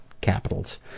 capitals